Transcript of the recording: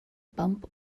bump